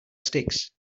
sticks